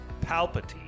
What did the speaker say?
Palpatine